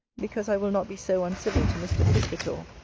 because i will not be so uncivil to mr. piscator,